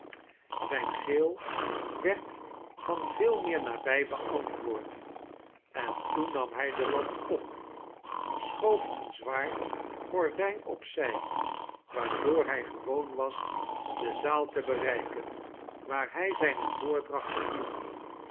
zijn gil werd van yeel meer nabij beantwoord en toen nam hij de lamp op schoof een zwaar gordijn op zij waardoor hij gewoon was de zaal te bereiken waar hij zijne voordrachten hield